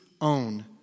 own